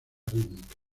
rítmica